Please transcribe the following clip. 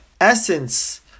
essence